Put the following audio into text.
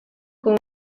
con